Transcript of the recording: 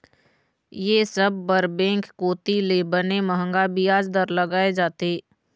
ये सब बर बेंक कोती ले बने मंहगा बियाज दर लगाय जाथे